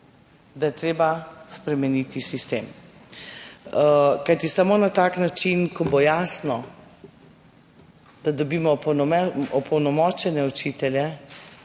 da je treba spremeniti sistem, kajti samo na tak način, ko bo jasno, da dobimo opolnomočene učitelje,